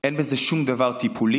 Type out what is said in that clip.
אין בזה שום דבר טיפולי,